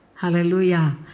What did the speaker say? Hallelujah